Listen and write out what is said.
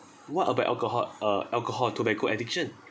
what about alcohol uh alcohol tobacco addiction